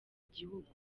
igihugu